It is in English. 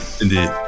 Indeed